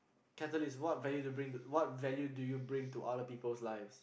catalyst what value to bring what value do you bring to other peoples' lives